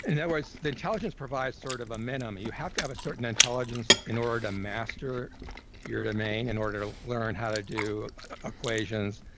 and yeah words, the intelligence provides sort of a minimum. you have to have a certain intelligence in order to master your domain, in order to learn how to do equations,